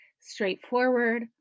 straightforward